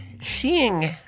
seeing